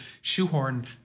shoehorn